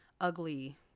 ugly